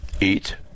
Eat